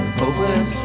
hopeless